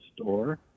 store